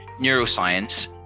neuroscience